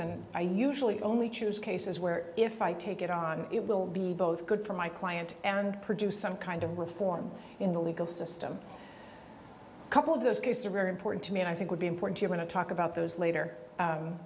and i usually only choose cases where if i take it on it will be both good for my client and produce some kind of reform in the legal system a couple of those cases are very important to me and i think would be important you want to talk about those later